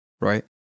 right